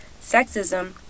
sexism